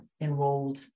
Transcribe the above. enrolled